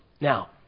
now